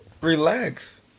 Relax